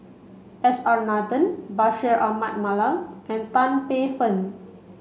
S R Nathan Bashir Ahmad Mallal and Tan Paey Fern